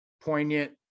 poignant